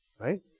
Right